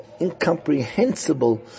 incomprehensible